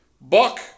Buck